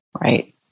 Right